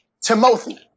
Timothy